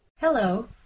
Hello